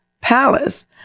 palace